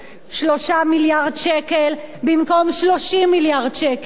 3 מיליארד שקלים במקום 30 מיליארד שקלים.